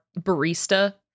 barista